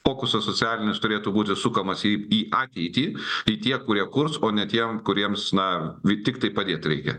fokusas socialinis turėtų būti sukamas į ateitį tai tie kurie kurs o ne tiems kuriems na bet tiktai padėti reikia